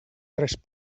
tres